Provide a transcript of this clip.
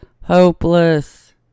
hopeless